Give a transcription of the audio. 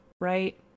right